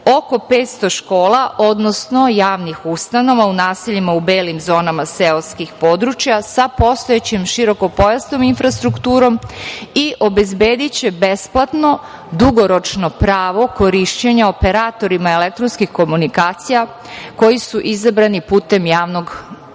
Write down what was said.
oko 500 škola, odnosno javnih ustanova u naseljima u belim zonama seoskih područja sa postojećim širokopojasnom infrastrukturom i obezbediće besplatno dugoročno pravo korišćenja operatorima elektronskih komunikacija, koji su izabrani putem javnog tendera.